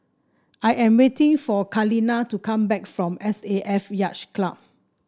I am waiting for Kaleena to come back from S A F Yacht Club